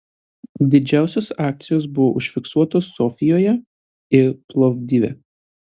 didžiausios akcijos buvo užfiksuotos sofijoje ir plovdive